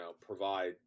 provide